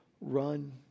run